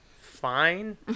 Fine